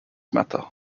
matter